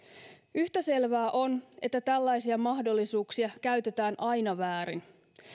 yhtä selvää on että tällaisia mahdollisuuksia käytetään aina väärin